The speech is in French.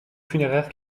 funéraire